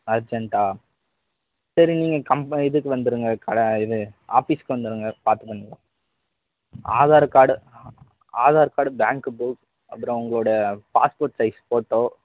அர்ஜென்ட்டாக சரி நீங்கள் கம் இதுக்கு வந்து இருங்க கடை இது ஆஃபீஸ்க்கு வந்து இருங்க பார்த்து பண்ணிக்கலாம் Aadhaar card Aadhaar card bank book அப்புறோம் உங்களோட பாஸ்போர்ட் சைஸ் ஃபோட்டோ